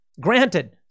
granted